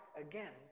again